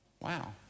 Wow